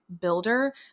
builder